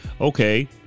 okay